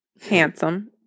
handsome